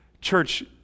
Church